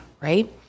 right